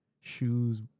shoes